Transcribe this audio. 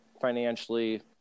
financially